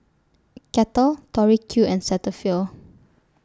Kettle Tori Q and Cetaphil